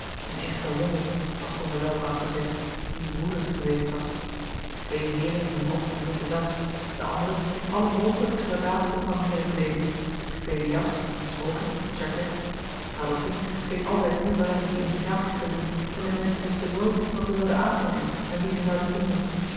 een echte rommel als van der welcke had gezegd die woedend geweest was twee heeren in louis couperus de boeken der kleine zielen rok en witte das de andere in alle mogelijke gradatiën van heerenkleeding gekleede jas smoking jaquet adolfine scheen altijd onduidelijke invitaties te doen en de menschen wisten nooit wat zij zouden aantrekken en wie zij zouden vinden